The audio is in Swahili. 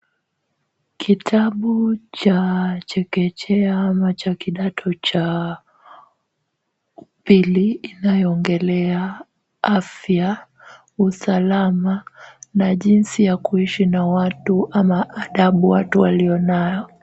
Kitabu cha chekechea ama cha kidato cha pili inayoongelea afya, usalama na jinsi ya kuishi na watu ama adabu watu walionayo.